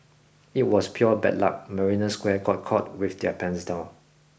it was pure bad luck Marina Square got caught with their pants down